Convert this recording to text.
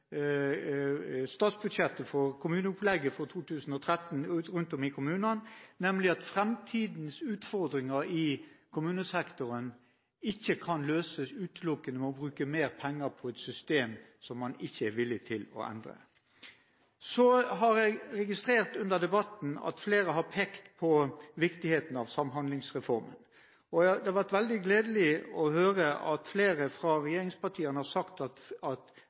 statsbudsjettet for kommuneopplegget for 2013 rundt om i kommunene, nemlig at fremtidens utfordringer i kommunesektoren ikke utelukkende kan løses ved å bruke mer penger på et system som man ikke er villig til å endre. Så har jeg under debatten registrert at flere har pekt på viktigheten av Samhandlingsreformen. Det har vært veldig gledelig å høre at flere fra regjeringspartiene har sagt at Samhandlingsreformen skal fullfinansieres. Da blir det litt underlig at